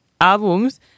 albums